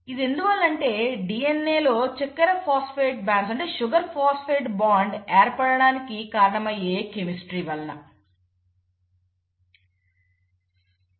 ఇది ఎందువల్ల అంటే DNA లో చక్కెర ఫాస్ఫేట్ బాండ్ ఏర్పడటానికి కారణమయ్యే కెమిస్ట్రీ వలన జరుగుతుంది